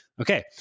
Okay